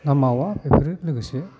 ना मावा बेफोरो लोगोसे